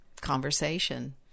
conversation